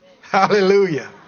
Hallelujah